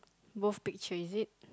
both picture is it